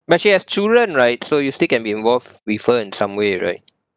but she has children right so you still can be involved with her in some way right